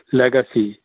legacy